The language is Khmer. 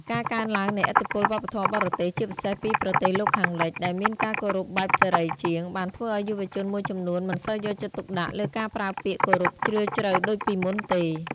ការកើនឡើងនៃឥទ្ធិពលវប្បធម៌បរទេស ជាពិសេសពីប្រទេសលោកខាងលិច ដែលមានការគោរពបែបសេរីជាង បានធ្វើឱ្យយុវជនមួយចំនួនមិនសូវយកចិត្តទុកដាក់លើការប្រើពាក្យគោរពជ្រាលជ្រៅដូចពីមុនទេ។